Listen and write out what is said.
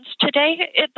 today